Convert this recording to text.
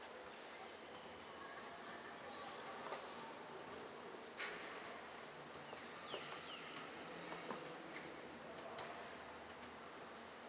no